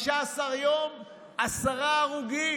15 יום, עשרה הרוגים.